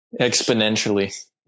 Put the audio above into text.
exponentially